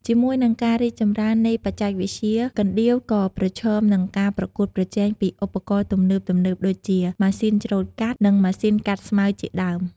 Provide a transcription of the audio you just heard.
ជាមួយនឹងការរីកចម្រើននៃបច្ចេកវិទ្យា កណ្ដៀវក៏ប្រឈមនឹងការប្រកួតប្រជែងពីឧបករណ៍ទំនើបៗដូចជា ម៉ាស៊ីនច្រូតកាត់ និងម៉ាស៊ីនកាត់ស្មៅជាដើម។